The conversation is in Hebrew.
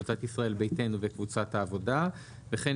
קבוצת ישראל ביתנו וקבוצת העבודה וכן